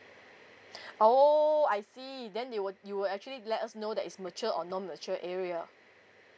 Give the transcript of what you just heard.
oh I see then they would you would actually let us know that is mature or non mature area